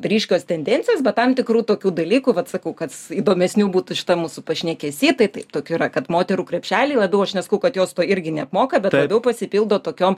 ryškios tendencijos bet tam tikrų tokių dalykų vat sakau kad įdomesnių būtų šita mūsų pašnekesy tai taip tokių yra kad moterų krepšeliai labiau aš nesakau kad jos to irgi neapmoka bet labiau pasipildo tokiom